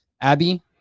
Abby